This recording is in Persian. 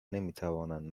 نمیتوانند